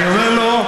אני אומר לו: